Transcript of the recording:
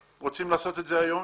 הם רוצים לעשות את זה גם היום,